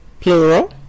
plural